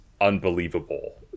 unbelievable